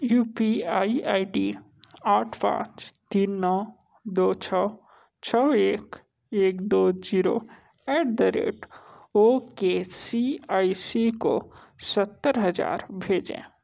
you P I I D आठ पाँच तीन नौ दो छः छः एक एक दो zero at the rate okay C I C को सत्तर हज़ार भेजें